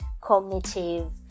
cognitive